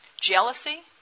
jealousy